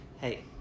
Hey